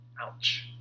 Ouch